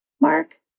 Mark